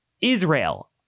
Israel